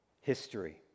History